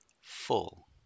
Full